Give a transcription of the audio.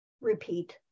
repeat